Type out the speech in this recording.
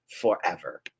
forever